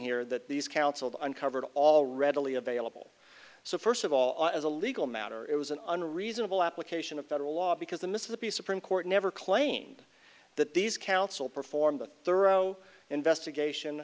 here that these counseled uncovered all readily available so first of all as a legal matter it was an unreasonable application of federal law because the mississippi supreme court never claimed that these council performed a thorough investigation